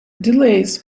delays